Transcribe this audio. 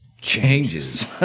changes